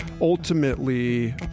ultimately